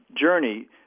journey